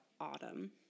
autumn